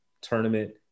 tournament